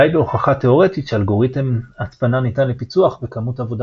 די בהוכחה תאורטית שאלגוריתם הצפנה ניתן לפיצוח בכמות עבודה